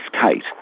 Kate